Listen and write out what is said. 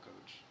coach